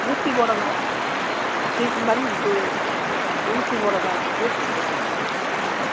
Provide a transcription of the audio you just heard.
ஊசி போடணும் சீக்கு மாதிரி இருக்குது ஊசி போடணும் ஊசி போடணும் ஆ